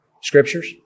scriptures